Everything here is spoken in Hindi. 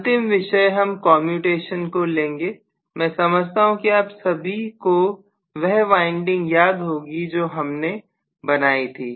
अंतिम विषय हम कम्यूटेशन का लेंगे मैं समझता हूं कि आप सभी को वह वाइंडिंग याद होगी जो हमने बनाई थी